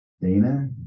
Dana